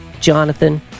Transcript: Jonathan